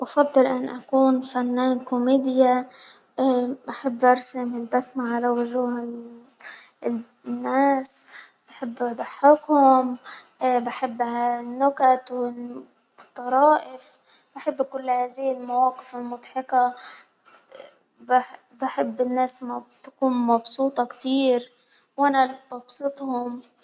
أفضل أن أكون فنان كوميديا أحب أرسم البسمة على وجوه الناس أحب أضحكهم بحب النكت والطرائف بحب كل هذه المواقف المضحكة، بحب الناس تكون مبسوطة كتير، وانا ببسطهم.